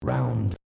Round